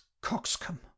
coxcomb